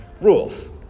rules